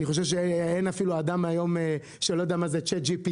אני חושב שאין היום אדם שלא יודע מה זה ChatGPT,